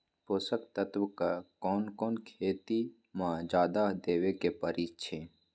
पोषक तत्व क कौन कौन खेती म जादा देवे क परईछी?